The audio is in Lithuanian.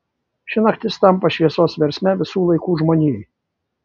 ši naktis tampa šviesos versme visų laikų žmonijai